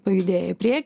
pajudėję į priekį